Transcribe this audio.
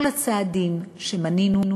כל הצעדים שמנינו,